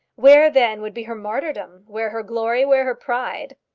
where then would be her martyrdom, where her glory, where her pride?